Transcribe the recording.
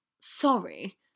Sorry